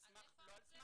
אבל לא סתם.